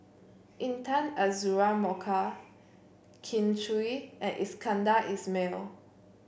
Intan Azura Mokhtar Kin Chui and Iskandar Ismail